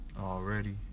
Already